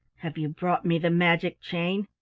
have you brought me the magic chain?